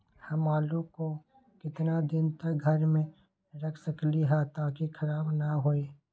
हम आलु को कितना दिन तक घर मे रख सकली ह ताकि खराब न होई?